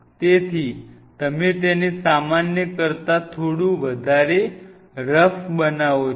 તેથી તમે તેને સામાન્ય કરતા થોડું વધારે રફ બનાવો છો